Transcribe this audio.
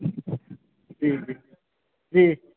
जी जी जी